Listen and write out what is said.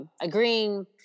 agreeing